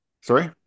sorry